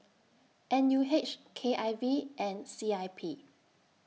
N U H K I V and C I P